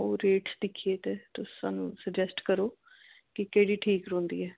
ओह् रेट दिक्खियै तुस सानू सुजेस्ट करो के केह्ड़ी ठीक रौंह्दी ऐ